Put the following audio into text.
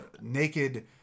naked